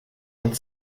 und